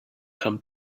come